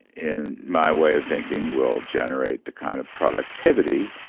in my way of thinking, will generate the kind of productivity,